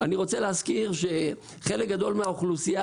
אני רוצה להזכיר שחלק גדול מהאוכלוסייה,